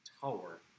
tower